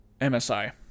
MSI